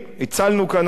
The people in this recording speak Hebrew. הצלנו כאן היום,